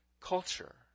culture